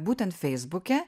būtent feisbuke